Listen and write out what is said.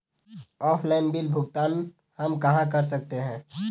Offline bill भुगतान हम कहां कर सकते हैं?